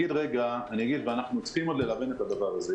אנחנו צריכים עוד ללבן את הדבר הזה.